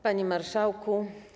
Panie Marszałku!